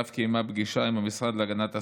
ואף קיימה פגישה עם המשרד להגנת הסביבה,